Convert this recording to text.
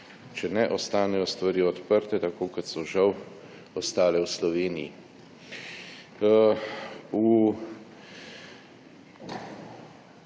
Če ne, ostanejo stvari odprte, tako kot so žal ostale v Sloveniji.